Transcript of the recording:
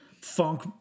funk